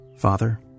Father